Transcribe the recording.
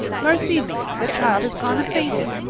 mercy me, the child has gone and fainted!